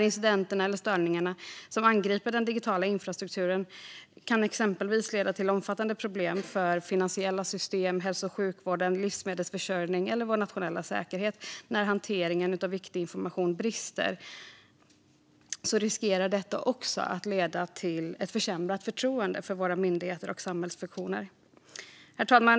Incidenter eller störningar som angriper den digitala infrastrukturen kan exempelvis leda till omfattande problem för finansiella system, hälso och sjukvården, livsmedelsförsörjning eller vår nationella säkerhet. När hanteringen av viktig information brister riskerar det också att leda till ett försämrat förtroende för våra myndigheter och samhällsfunktioner. Herr talman!